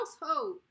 household